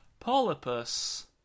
Polypus